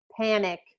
panic